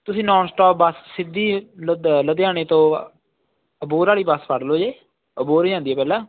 ਤੁਸੀਂ non stop bus ਸਿੱਧੀ ਲੁਧ ਲੁਧਿਆਣੇ ਤੋਂ ਅਬੋਹਰ ਵਾਲੀ ਬੱਸ ਫੜ ਲਓ ਜੀ ਅਬੋਹਰ ਜਾਂਦੀ ਹੈ ਪਹਿਲਾਂ